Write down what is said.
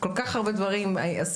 כל כך הרבה דברים עשינו,